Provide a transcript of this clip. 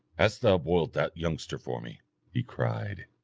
hast thou boiled that youngster for me he cried.